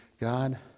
God